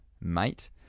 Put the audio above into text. Mate